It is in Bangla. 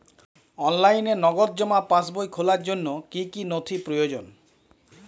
অনলাইনে নগদ জমা পাসবই খোলার জন্য কী কী নথি প্রয়োজন?